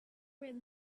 with